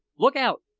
look out!